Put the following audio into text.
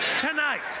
tonight